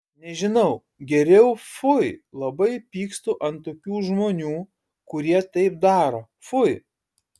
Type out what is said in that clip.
nežinau geriau fui labai pykstu ant tokių žmonių kurie taip daro fui